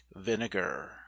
vinegar